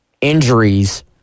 injuries